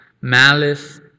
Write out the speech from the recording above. malice